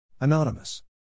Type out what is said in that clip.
Anonymous